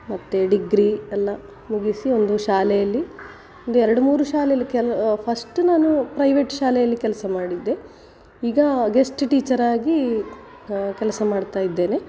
ಮತ್ತು ಡಿಗ್ರಿ ಎಲ್ಲ ಮುಗಿಸಿ ಒಂದು ಶಾಲೆಯಲ್ಲಿ ಒಂದು ಎರಡು ಮೂರು ಶಾಲೆಯಲ್ಲಿ ಕೆಲ್ ಫಸ್ಟ್ ನಾನು ಪ್ರೈವೇಟ್ ಶಾಲೆಯಲ್ಲಿ ಕೆಲಸ ಮಾಡಿದ್ದೆ ಈಗ ಗೆಸ್ಟ್ ಟೀಚರಾಗಿ ಕೆಲಸ ಮಾಡ್ತಾ ಇದ್ದೇನೆ